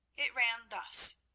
it ran thus